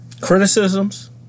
Criticisms